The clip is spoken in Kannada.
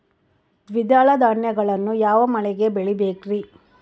ದ್ವಿದಳ ಧಾನ್ಯಗಳನ್ನು ಯಾವ ಮಳೆಗೆ ಬೆಳಿಬೇಕ್ರಿ?